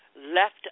left